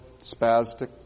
spastic